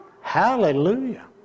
Hallelujah